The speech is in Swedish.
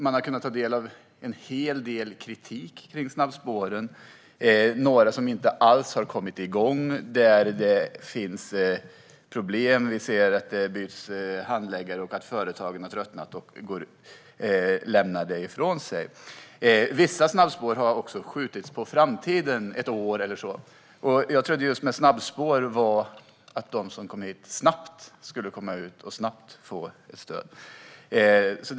Man har kunnat ta del av en hel del kritik mot snabbspåren. Det finns några som inte alls har kommit igång. Det byts handläggare, och företagen har tröttnat och lämnar det hela ifrån sig. Vissa snabbspår har skjutits på framtiden ett år eller så. Jag trodde att idén med snabbspår var att de som kommer hit snabbt ska få stöd för att komma ut på arbetsmarknaden.